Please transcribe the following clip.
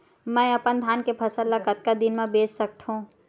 मैं अपन धान के फसल ल कतका दिन म बेच सकथो?